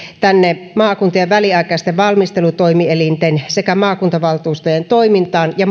maakuntien väliaikaisten valmistelutoimielinten sekä maakuntavaltuustojen toimintaan ja